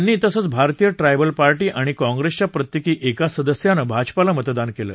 यांनी तसंच Bharatiya Tribal Party आणि काँग्रेसच्या प्रत्येकी एका सदस्यानं भाजपाला मतदान केलं